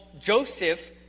Joseph